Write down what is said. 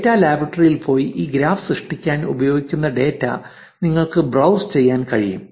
data ലബോറട്ടറിയിൽ പോയി ഈ ഗ്രാഫ് സൃഷ്ടിക്കാൻ ഉപയോഗിക്കുന്ന ഡാറ്റ നിങ്ങൾക്ക് ബ്രൌസ് ചെയ്യാനും കഴിയും